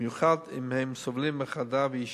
ובמיוחד אם הם סובלים מחרדה ואי-שקט,